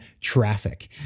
traffic